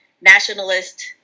nationalist